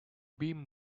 beam